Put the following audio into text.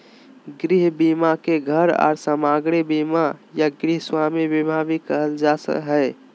गृह बीमा के घर आर सामाग्री बीमा या गृहस्वामी बीमा भी कहल जा हय